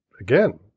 again